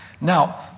Now